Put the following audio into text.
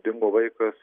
dingo vaikas